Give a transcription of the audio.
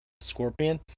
scorpion